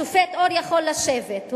השופט אור יכול לשבת,